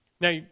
Now